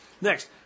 Next